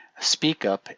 SpeakUp